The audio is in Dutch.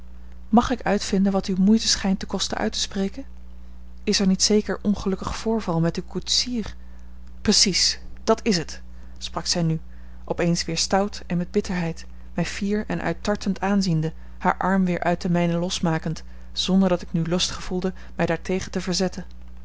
mag ik uitvinden wat u moeite schijnt te kosten uit te spreken is er niet zeker ongelukkig voorval met uw koetsier precies dat is het sprak zij nu op eens weer stout en met bitterheid mij fier en uittartend aanziende haar arm weer uit den mijnen losmakende zonder dat ik nu lust gevoelde mij daartegen te verzetten